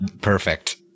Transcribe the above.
Perfect